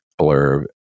blurb